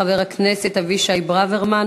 חבר הכנסת אבישי ברוורמן,